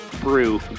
brew